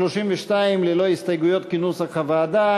סעיף 32 ללא הסתייגויות, כנוסח הוועדה.